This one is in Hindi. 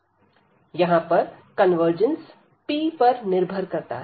यहां पर कन्वर्जंस p पर निर्भर करता है